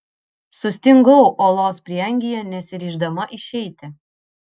sustingau olos prieangyje nesiryždama išeiti